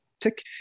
Tick